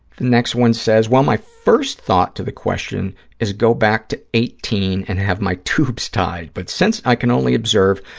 the next one says, well, my first thought to the question is go back to eighteen and have my tubes tied, but since i can only observe,